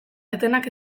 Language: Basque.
etenak